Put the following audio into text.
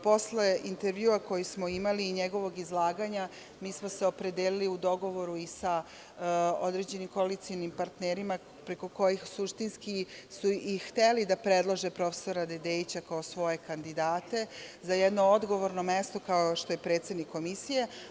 Posle intervjua koji smo imali i njegovog izlaganja, mi smo se opredelili, u dogovoru i sa određenim koalicionim partnerima, preko kojih suštinski su i hteli da predlože prof. Dedeića kao svoje kandidate za jedno odgovorno mesto kao što je predsednik Komisije.